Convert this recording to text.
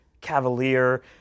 cavalier